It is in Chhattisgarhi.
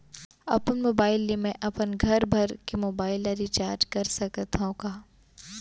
अपन मोबाइल ले मैं अपन घरभर के मोबाइल ला रिचार्ज कर सकत हव का?